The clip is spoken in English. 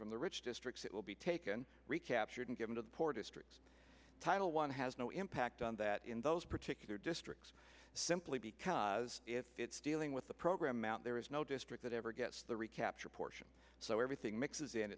from the rich districts it will be taken recaptured and given to the poor districts title one has no impact on that in those particular districts simply because if it's dealing with the program out there is no district that ever gets the recapture portion so everything mixes